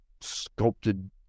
sculpted